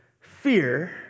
fear